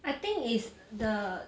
I think it's the